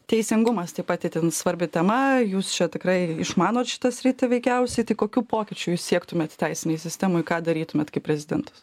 teisingumas taip pat itin svarbi tema jūs čia tikrai išmanot šitą sritį veikiausiai tai kokių pokyčių jūs siektumėt teisinėj sistemoj ką darytumėte kaip prezidentas